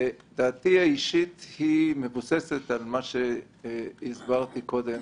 דעתי האישית מבוססת על מה שהסברתי קודם